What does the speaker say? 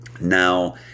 Now